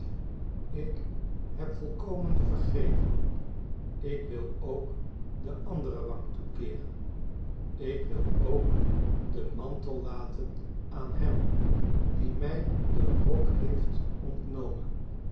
ik heb volkomen vergeven ik wil ook de andere wang toekeeren ik wil ook den mantel laten aan hem die mij den rok heeft ontnomen